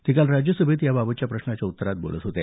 ते काल राज्यसभेत याबाबतच्या प्रश्नाच्या उत्तरात बोलत होते